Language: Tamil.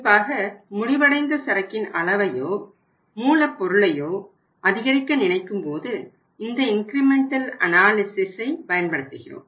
குறிப்பாக முடிவடைந்த சரக்கின் அளவையோ மூலப் பொருளையோ அதிகரிக்க நினைக்கும்போது இந்த இன்கிரிமெண்டல் அனாலிசிஸை பயன்படுத்துகிறோம்